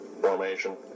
formation